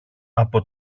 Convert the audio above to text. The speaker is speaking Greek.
από